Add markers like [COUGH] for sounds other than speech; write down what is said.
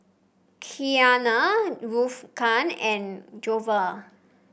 Kiana [UNINTELLIGIBLE] and [UNINTELLIGIBLE]